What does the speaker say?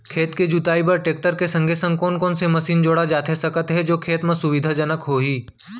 खेत के जुताई बर टेकटर के संगे संग कोन कोन से मशीन जोड़ा जाथे सकत हे जो खेती म सुविधाजनक होही?